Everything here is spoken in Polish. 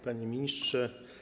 Panie Ministrze!